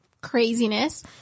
craziness